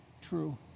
true